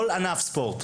כל ענף ספורט,